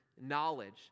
knowledge